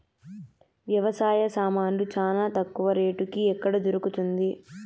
వ్యవసాయ సామాన్లు చానా తక్కువ రేటుకి ఎక్కడ దొరుకుతుంది?